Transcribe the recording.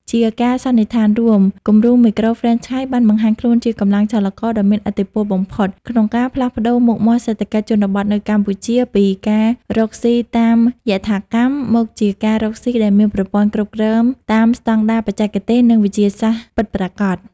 ជាការសន្និដ្ឋានរួម គំរូមីក្រូហ្វ្រេនឆាយបានបង្ហាញខ្លួនជាកម្លាំងចលករដ៏មានឥទ្ធិពលបំផុត ក្នុងការផ្លាស់ប្តូរមុខមាត់សេដ្ឋកិច្ចជនបទនៅកម្ពុជា ពីការរកស៊ីតាមយថាកម្ម មកជាការរកស៊ីដែលមានប្រព័ន្ធគ្រប់គ្រងតាមស្ដង់ដារបច្ចេកទេស និងវិទ្យាសាស្ត្រពិតប្រាកដ។